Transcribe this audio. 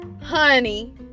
honey